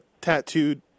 tattooed